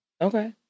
Okay